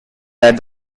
that